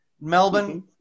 Melbourne